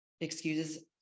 excuses